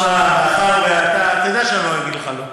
אתה יודע שאני לא אגיד לך לא.